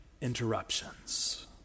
interruptions